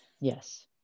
yes